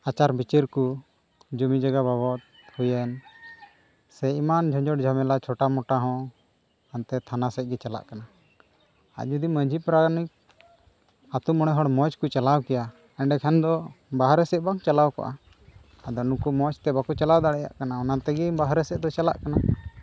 ᱟᱪᱟᱨ ᱵᱤᱪᱟᱹᱨ ᱠᱚ ᱡᱚᱢᱤ ᱡᱟᱭᱜᱟ ᱵᱟᱵᱚᱫᱽ ᱛᱮ ᱥᱮ ᱮᱢᱟᱱ ᱡᱷᱩᱴ ᱡᱷᱟᱢᱮᱞᱟ ᱪᱷᱚᱴᱟ ᱢᱚᱴᱟ ᱦᱚᱸ ᱦᱟᱱᱛᱮ ᱛᱷᱟᱱᱟ ᱥᱮᱫ ᱜᱮ ᱪᱟᱞᱟᱜ ᱠᱟᱱᱟ ᱟᱨ ᱡᱩᱫᱤ ᱢᱟᱹᱡᱷᱤ ᱯᱟᱨᱟᱱᱤᱠ ᱟᱹᱛᱩ ᱢᱚᱬᱮ ᱦᱚᱲ ᱢᱚᱡᱽ ᱠᱚ ᱪᱟᱞᱟᱣ ᱠᱮᱭᱟ ᱮᱸᱰᱮᱠᱷᱟᱱ ᱫᱚ ᱵᱟᱦᱨᱮ ᱥᱮᱫ ᱵᱚᱱ ᱪᱟᱞᱟᱣ ᱠᱚᱜᱼᱟ ᱟᱫᱚ ᱩᱱᱠᱩ ᱢᱚᱡᱽ ᱛᱮ ᱵᱟᱠᱚ ᱪᱟᱞᱟᱣ ᱫᱟᱲᱮᱭᱟᱜ ᱠᱟᱱᱟ ᱚᱱᱟ ᱛᱮᱜᱮ ᱵᱟᱦᱨᱮ ᱥᱮᱫ ᱫᱚ ᱪᱟᱞᱟᱜ ᱠᱟᱱᱟ